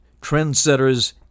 trendsetters